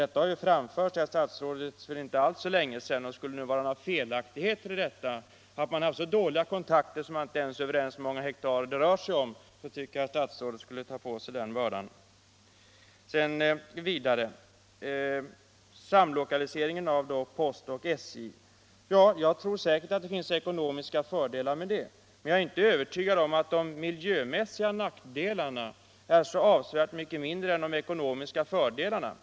Detta har framförts till herr statsrådet för inte alls så 24 februari 1976 länge sedan, och har kontakterna varit så dåliga att ni inte ens är överens om hur många hektar det rör sig om tycker jag att statsrådet skall ta — Om lokalisering av på sig ansvaret för det. SJ och posttermi Jag tror säkert att det finns ekonomiska fördelar med en samloka = naler till Västerjärlisering av posten och SJ, men jag är inte övertygad om att de milva jömässiga nackdelarna är så avsevärt mycket mindre än de ekonomiska fördelarna.